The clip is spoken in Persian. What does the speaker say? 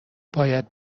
باید